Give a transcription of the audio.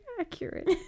accurate